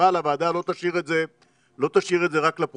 אבל הוועדה לא תשאיר את זה רק לפרוטוקול,